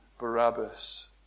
Barabbas